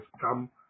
Come